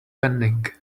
pending